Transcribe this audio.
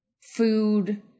food